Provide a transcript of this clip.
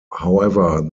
however